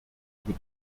über